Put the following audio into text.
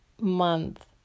month